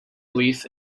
relief